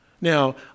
Now